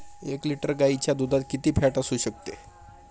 एक लिटर गाईच्या दुधात किती फॅट असू शकते?